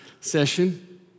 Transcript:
session